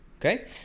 Okay